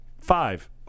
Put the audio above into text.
five